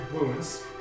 Wounds